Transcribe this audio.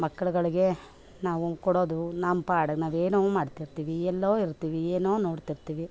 ಮಕ್ಕಳುಗಳಿಗೆ ನಾವು ಕೊಡೋದು ನಮ್ಮ ಪಾಡಿಗೆ ನಾವು ಏನೋ ಮಾಡ್ತಿರ್ತೀವಿ ಎಲ್ಲೋ ಇರ್ತೀವಿ ಏನೋ ನೋಡ್ತಿರ್ತೀವಿ